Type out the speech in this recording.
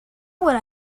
would